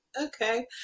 okay